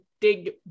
dig